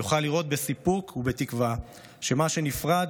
יוכל לראות בסיפוק ובתקווה שמה שנפרד